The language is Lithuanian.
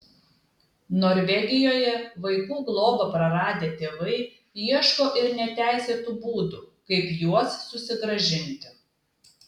norvegijoje vaikų globą praradę tėvai ieško ir neteisėtų būdų kaip juos susigrąžinti